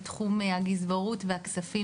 בתחום הגזברות והכספים